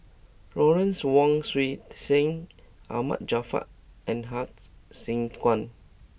Lawrence Wong Shyun Tsai Ahmad Jaafar and Hsu Tse Kwang